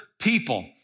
people